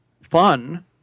fun